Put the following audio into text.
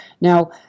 Now